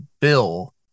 Bill